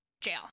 jail